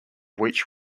which